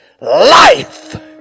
life